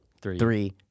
Three